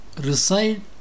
recite